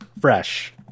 fresh